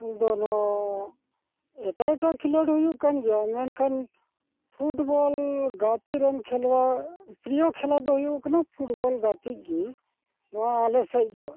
ᱤᱧᱫᱚ ᱱᱚᱣᱟ ᱮᱴᱟᱜᱼᱮᱴᱟᱜ ᱠᱷᱮᱞᱚᱸᱰ ᱦᱩᱭᱩᱜᱠᱟᱱ ᱜᱮᱭᱟ ᱢᱮᱱᱠᱷᱟᱱ ᱯᱷᱩᱴᱵᱚᱞ ᱜᱟᱛᱮᱨᱮᱱ ᱠᱷᱮᱞᱳᱣᱟᱲ ᱯᱨᱤᱭᱚ ᱠᱷᱮᱞᱟᱫᱚ ᱦᱩᱭᱩᱜ ᱠᱟᱱᱟ ᱯᱷᱩᱴᱵᱚᱞ ᱜᱟᱛᱮᱜ ᱜᱮ ᱱᱚᱣᱟ ᱟᱞᱮᱥᱮᱫ ᱫᱚ